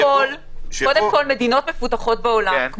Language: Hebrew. מדינות מפותחות בעולם,